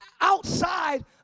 outside